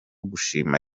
gushima